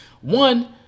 One